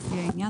לפי העניין,